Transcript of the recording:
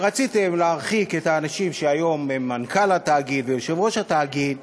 שרציתם להרחיק את האנשים שהיום הם מנכ"ל התאגיד ויושב-ראש התאגיד,